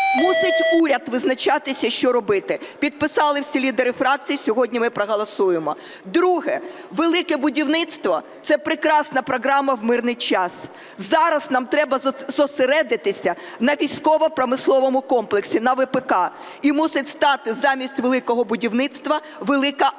Мусить уряд визначатися, що робити. Підписали всі лідери фракцій, сьогодні ми проголосуємо. Друге. "Велике будівництво" – це прекрасна програма в мирний час. Зараз нам треба зосередитися на військово-промисловому комплексі, на ВПК, і мусить стати замість "Великого будівництва" – "Велика армія".